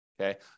okay